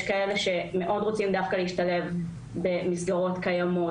יש כאלה שמאוד רוצים דווקא להשתלב במסגרות קיימות.